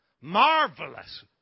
Marvelous